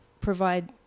provide